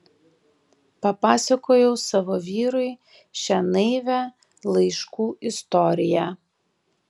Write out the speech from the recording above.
papasakojau savo vyrui šią naivią laiškų istoriją